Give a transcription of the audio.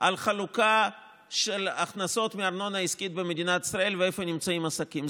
על חלוקה של הכנסות מארנונה עסקית במדינת ישראל ואיפה נמצאים עסקים.